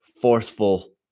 forceful